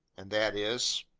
and that is?